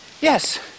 Yes